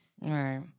right